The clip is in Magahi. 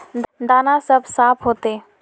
दाना सब साफ होते?